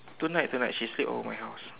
tonight tonight she sleep over my house